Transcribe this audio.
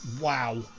Wow